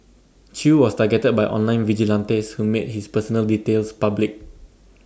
chew was targeted by online vigilantes who made his personal details public